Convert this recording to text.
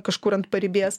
kažkur ant paribės